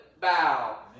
bow